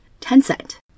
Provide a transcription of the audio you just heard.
Tencent